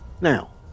Now